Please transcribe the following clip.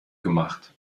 gemacht